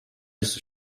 just